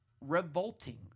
revolting